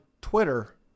Twitter